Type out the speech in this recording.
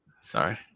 Sorry